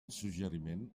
suggeriment